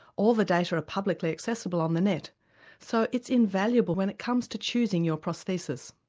all the data are publicly accessible on the net so it's invaluable when it comes to choosing your prosthesis.